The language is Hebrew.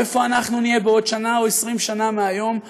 או איפה אנחנו נהיה בעוד שנה או 20 שנה מהיום,